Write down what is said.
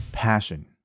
passion